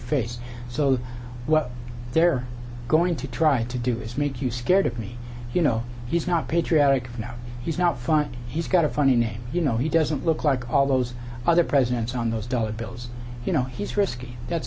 face so what they're going to try to do is make you scared of me you know he's not patriotic no he's not funny he's got a funny name you know he doesn't look like all those other presidents on those dollar bills you know he's risky that's